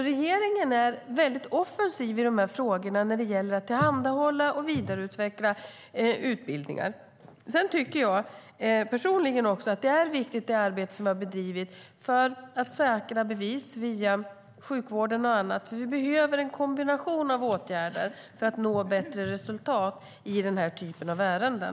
Regeringen är väldigt offensiv i de här frågorna när det gäller att tillhandahålla och vidareutveckla utbildningar. Sedan tycker jag personligen att det är viktigt med det arbete som har bedrivits för att säkra bevis via sjukvården och annat. Vi behöver nämligen en kombination av åtgärder för att nå bättre resultat i den här typen av ärenden.